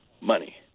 money